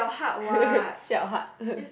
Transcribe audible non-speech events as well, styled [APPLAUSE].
[LAUGHS] 小 hard [LAUGHS]